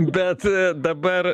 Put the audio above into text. bet dabar